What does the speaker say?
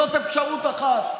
זו אפשרות אחת.